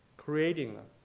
creating them.